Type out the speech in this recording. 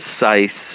precise